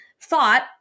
thought